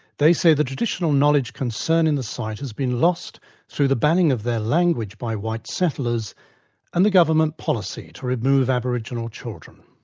they say the traditional knowledge concerned in the site has been lost through the banning of their language by white settlers and the government policy to remove aboriginal children.